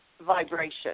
vibration